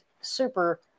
super